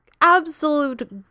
absolute